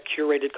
curated